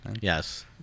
Yes